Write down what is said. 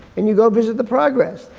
and you go visit the progress.